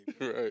Right